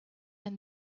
and